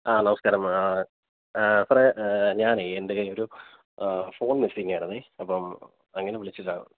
ആ നമസ്കാരം ആ സാറേ ഞാനെ എൻ്റെ കയ്യിലൊരു ഫോൺ മിസ്സിംഗ് ആയിരുന്നെ അപ്പം അങ്ങനെ വിളിച്ചതാണ്